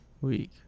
week